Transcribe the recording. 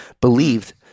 believed